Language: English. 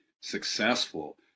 successful